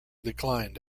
declined